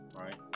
Right